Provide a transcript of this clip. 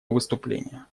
выступление